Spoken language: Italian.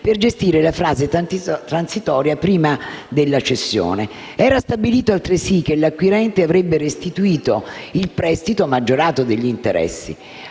per gestire la fase transitoria prima della cessione. Era stabilito, altresì, che l'acquirente avrebbe restituito il prestito, maggiorato degli interessi.